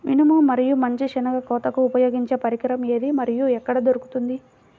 మినుము మరియు మంచి శెనగ కోతకు ఉపయోగించే పరికరం ఏది మరియు ఎక్కడ దొరుకుతుంది?